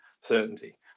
certainty